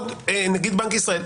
נגיד בנק ישראל,